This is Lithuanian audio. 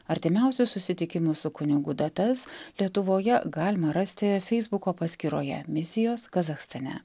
artimiausius susitikimus su kunigu datas lietuvoje galima rasti feisbuko paskyroje misijos kazachstane